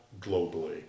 globally